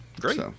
Great